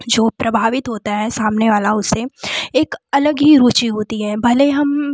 जो प्रभावित होता है सामने वाला उसे एक अलग ही रूचि होती है भले हम